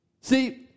See